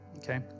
Okay